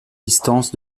distance